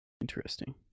interesting